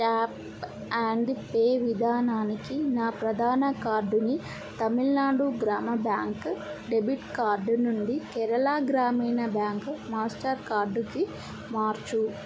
tap and pay విధానానికి నా ప్రధాన కార్డుని Tamil Nadu Grama bank debit card నుండి కేరళ గ్రామీణ బ్యాంక్ మాస్టర్ కార్డుకి మార్చు